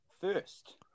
first